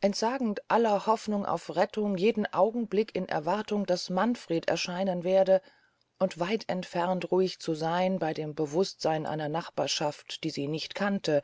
entsagend aller hofnung auf rettung jeden augenblick in erwartung daß manfred erscheinen werde und weit entfernt ruhig zu seyn bey dem bewußtseyn einer nachbarschaft die sie nicht kannte